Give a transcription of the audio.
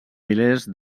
milers